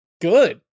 good